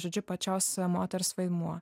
žodžiu pačios moters vaidmuo